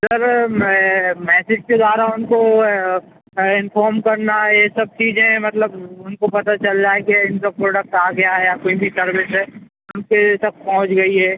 sir मैं message के द्वारा उनको इन्फॉर्म करना ये सब चीज़ें मतलब उनको पता चल जाए कि इनका प्रोडक्ट आ गया है या कोई भी सर्विस है तो उनके तक पहुँच गई है